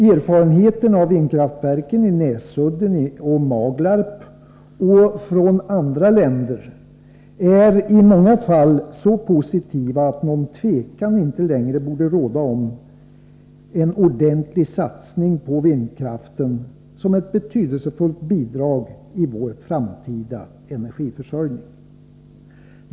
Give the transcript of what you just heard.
Erfarenheterna av vindkraften i Näsudden och Maglarp samt i andra länder är i många fall så positiva att något tvivel inte längre borde råda om att en ordentlig satsning på vindkraften skulle vara ett betydelsefullt bidrag i vår framtida energiförsörjning.